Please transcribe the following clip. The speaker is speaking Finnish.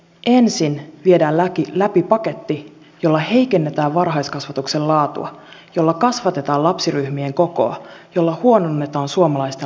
ensin viedään läpi paketti jolla heikennetään varhaiskasvatuksen laatua jolla kasvatetaan lapsiryhmien kokoa jolla huononnetaan suomalaisten lasten oikeuksia